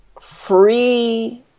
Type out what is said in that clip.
free